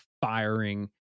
firing